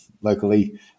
locally